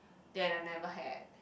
that I never had